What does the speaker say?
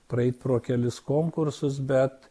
praeit pro kelis konkursus bet